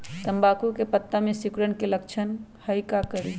तम्बाकू के पत्ता में सिकुड़न के लक्षण हई का करी?